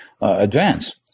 advance